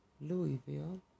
Louisville